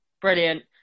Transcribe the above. Brilliant